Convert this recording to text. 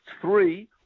Three